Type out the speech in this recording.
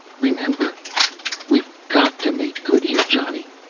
remember we've got to make good here, johnny,